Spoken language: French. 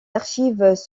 archives